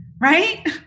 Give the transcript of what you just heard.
right